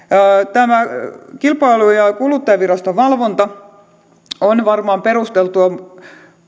tämä kilpailu ja kuluttajaviraston valvonta on varmaan perusteltua